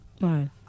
Right